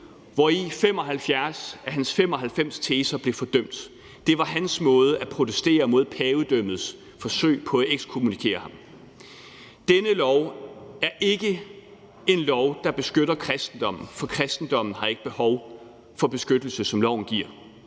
hvori 75 af hans 95 teser blev fordømt. Det var hans måde at protestere mod pavedømmets forsøg på at ekskommunikere ham. Denne lov er ikke en lov, der beskytter kristendommen, for kristendommen har ikke behov for beskyttelse, som loven giver.